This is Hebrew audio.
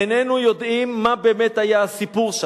איננו יודעים מה באמת היה הסיפור שם.